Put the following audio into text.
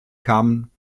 kamen